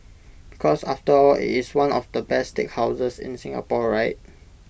because after all IT is one of the best steakhouses in Singapore right